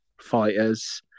fighters